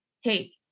Hey